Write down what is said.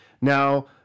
Now